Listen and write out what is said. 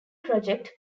project